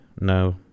No